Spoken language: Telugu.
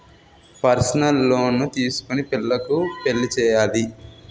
పర్సనల్ లోను తీసుకొని పిల్లకు పెళ్లి చేయాలి